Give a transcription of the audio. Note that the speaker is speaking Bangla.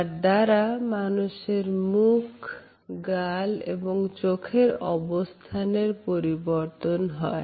যার দ্বারা মানুষের মুখ গাল এবং চোখের অবস্থানের পরিবর্তন হয়